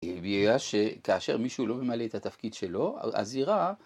היא הביאה שכאשר מישהו לא ממלא את התפקיד שלו, אז היא רעה